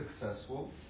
successful